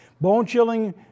Bone-chilling